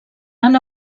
han